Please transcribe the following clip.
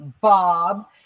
Bob